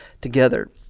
together